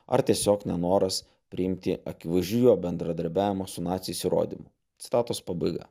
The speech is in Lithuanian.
ar tiesiog nenoras priimti akivaizdžių jo bendradarbiavimo su naciais įrodymų citatos pabaiga